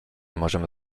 możemy